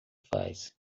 faz